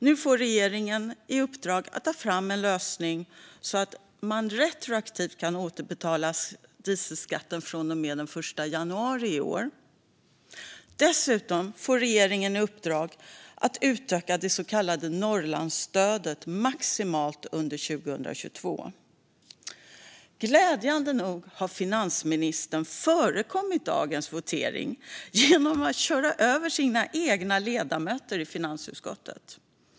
Nu får regeringen i uppdrag att ta fram en lösning för att kunna återbetala dieselskatt retroaktivt från och med den 1 januari i år. Dessutom får regeringen i uppdrag att utöka det så kallade Norrlandsstödet maximalt under 2022. Glädjande nog har finansministern förekommit dagens votering genom att köra över sina egna ledamöter i finansutskottet.